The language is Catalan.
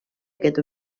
aquest